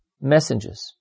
messengers